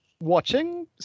watching